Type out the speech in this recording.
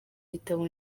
gitabo